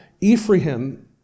Ephraim